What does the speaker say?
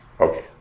Okay